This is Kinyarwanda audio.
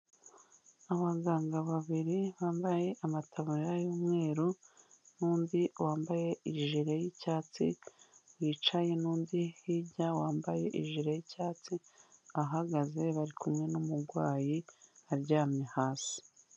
Abaganga babiri bambaye amataburiya y'umweru, n'undi wambaye ijire y'icyatsi wicaye, n'undi hirya wambaye ijire y'icyatsi ahagaze, bari kumwe n'umugwayi aryamye hasi.